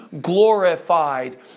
glorified